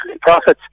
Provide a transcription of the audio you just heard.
profits